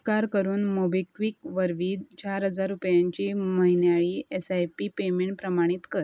उपकार करून मोबिक्विक वरवीं चार हजार रुपयांची म्हयन्याळी एस आय पी पेमेंट प्रमाणीत कर